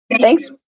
Thanks